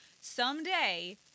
someday